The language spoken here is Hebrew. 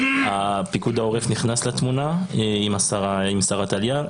פיקוד העורף נכנס לתמונה עם שרת העלייה.